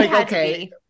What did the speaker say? okay